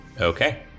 Okay